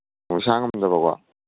ꯃꯁꯥ ꯉꯝꯗꯕꯀꯣ